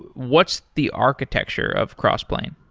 what's the architecture of crossplane?